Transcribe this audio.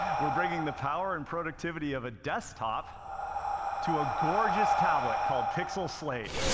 we're bringing the power and productivity of a desktop to a gorgeous tablet called pixel slate.